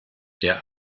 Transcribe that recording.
der